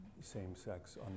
same-sex